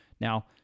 now